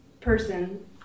person